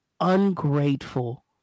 ungrateful